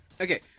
Okay